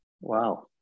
Wow